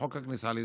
חוק הכניסה לישראל,